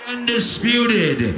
Undisputed